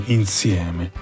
insieme